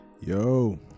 Yo